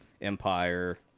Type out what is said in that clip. Empire